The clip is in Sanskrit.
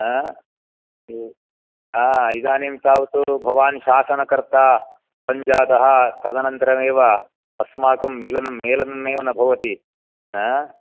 अ आ इदानीं तावत् भवान् शासनकर्ता सञ्जातः तदनन्तरमेव अस्माकं मिलनं मेलनमेव न भवति ह